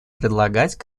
предлагать